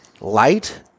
light